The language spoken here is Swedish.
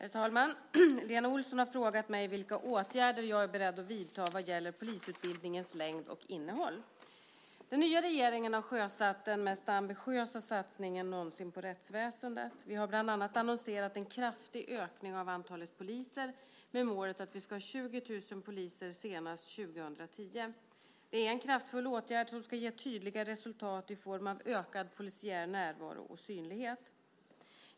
Herr talman! Lena Olsson har frågat mig vilka åtgärder jag är beredd att vidta vad gäller polisutbildningens längd och innehåll. Den nya regeringen har sjösatt den mest ambitiösa satsningen någonsin på rättsväsendet. Vi har bland annat annonserat en kraftig ökning av antalet poliser med målet att vi ska ha 20 000 poliser senast 2010. Det är en kraftfull åtgärd som ska ge tydliga resultat i form av ökad polisiär närvaro och synlighet.